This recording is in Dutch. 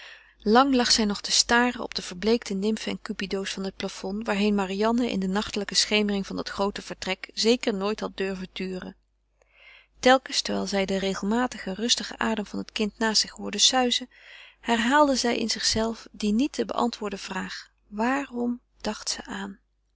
lang lag zij nog te staren op de verbleekte nimfen en cupido's van het plafond waarheen marianne in de nachtelijke schemering van dat groote vertrek zeker nooit had durven turen telkens terwijl zij den regelmatigen rustigen adem van het kind naast zich hoorde suizen herhaalde zij in zichzelve die niet te beantwoorden vraag waarom dacht ze aan